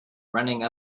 running